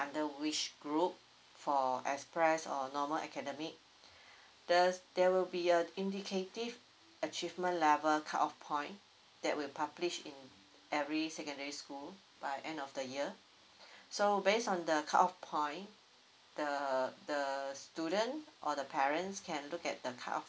under which group for express or normal academic the there will be a indicative achievement level cut off point that will published in every secondary school by end of the year so based on the cut off point the the student or the parents can look at the cut off